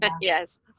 yes